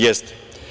Jeste.